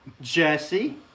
Jesse